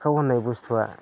सिखाव होननाय बुसथुआ